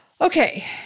Okay